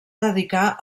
dedicar